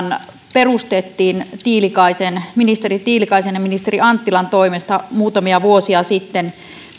perustettiin ministeri tiilikaisen ja ministeri anttilan toimesta muutamia vuosia sitten